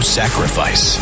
sacrifice